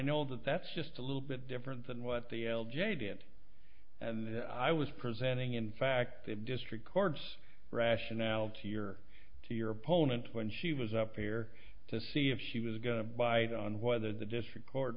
know that that's just a little bit different than what the l j did and i was presenting in fact a district court's rationale to your to your opponent when she was up here to see if she was going to bite on whether the district court